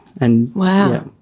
Wow